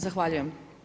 Zahvaljujem.